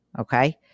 Okay